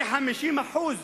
כ-50%.